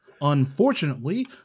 Unfortunately